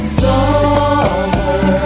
summer